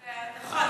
נכון,